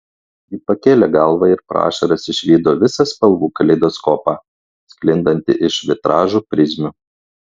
ji pakėlė galvą ir pro ašaras išvydo visą spalvų kaleidoskopą sklindantį iš vitražų prizmių